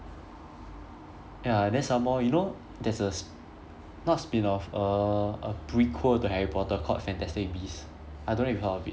ya then some more you know there's a s~ not spin-off err a prequel to harry potter called fantastic beast I don't know if you've heard of it